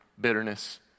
bitterness